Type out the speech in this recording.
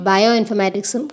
Bioinformatics